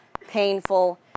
painful